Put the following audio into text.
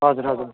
हजुर हजुर